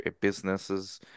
businesses